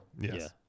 Yes